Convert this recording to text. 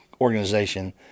organization